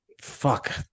fuck